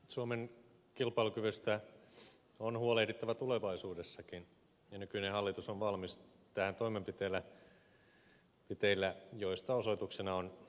suomen kilpailukyvystä on huolehdittava tulevaisuudessakin ja nykyinen hallitus on valmis tähän toimenpiteillä joista osoituksena on tämä loistava energiapaketti